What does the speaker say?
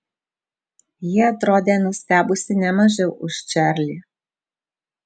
ji atrodė nustebusi ne mažiau už čarlį